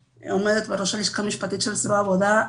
כעומדת בראש הלשכה המשפטית של זרוע העבודה,